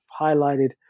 highlighted